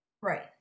Right